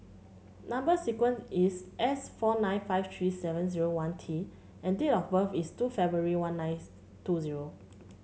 number sequence is S four nine five three seven zero one T and date of birth is two February one nine two zero